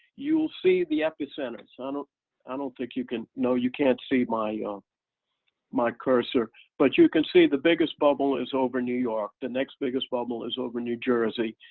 you will see the epicenter. so i don't think you can, no you can't see my ah my cursor but you can see the biggest bubble is over new york. the next biggest bubble is over new jersey.